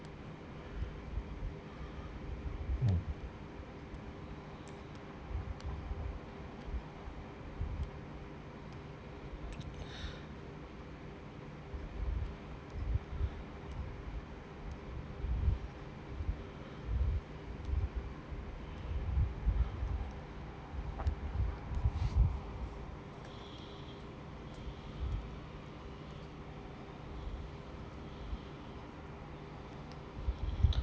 mm